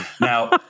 Now